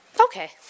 Okay